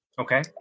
Okay